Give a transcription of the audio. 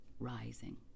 rising